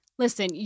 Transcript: listen